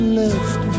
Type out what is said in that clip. left